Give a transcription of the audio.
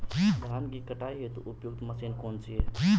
धान की कटाई हेतु उपयुक्त मशीन कौनसी है?